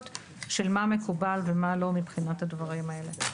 של מה מקובל ומה לא מבחינת הדברים האלה.